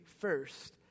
first